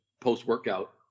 post-workout